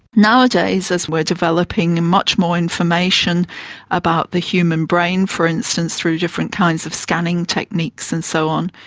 nowadays as we're developing much more information about the human brain, for instance, through different kinds of scanning techniques and so on,